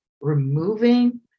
removing